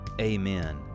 amen